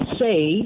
say